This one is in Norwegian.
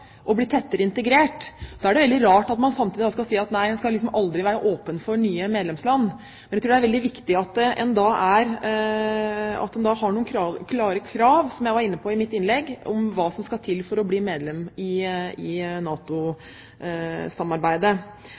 tettere integrert, er veldig rart at man samtidig skal si nei, man liksom aldri skal være åpen for nye medlemsland. Jeg tror det er veldig viktig at man har noen klare krav, som jeg var inne på i mitt innlegg, om hva som skal til for å bli medlem i